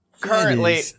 Currently